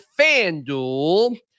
FanDuel